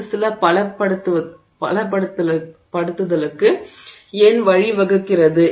அது சில பலப்படுத்துதலுக்கு ஏன் வழிவகுக்கிறது